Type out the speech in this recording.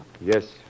Yes